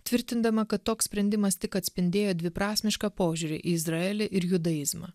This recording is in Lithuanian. tvirtindama kad toks sprendimas tik atspindėjo dviprasmišką požiūrį į izraelį ir judaizmą